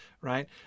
right